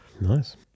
nice